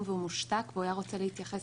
תודה.